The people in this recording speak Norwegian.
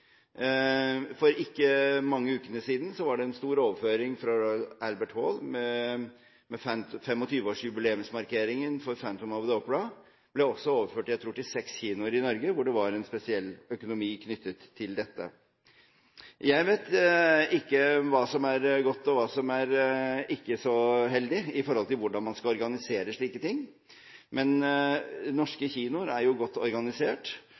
For ikke mange ukene siden var det en stor overføring fra Royal Albert Hall av 25-årsjubileumsmarkeringen for «The Phantom of the Opera». Det ble også overført – tror jeg – til seks kinoer i Norge, hvor det var en spesiell økonomi knyttet til dette. Jeg vet ikke hva som er godt, og hva som ikke er så heldig når det gjelder hvordan man skal organisere slike ting. Men norske kinoer er jo godt organisert,